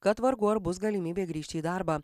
kad vargu ar bus galimybė grįžti į darbą